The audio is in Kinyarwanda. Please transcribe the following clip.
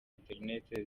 internet